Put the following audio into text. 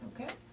Okay